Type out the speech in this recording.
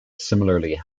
similarly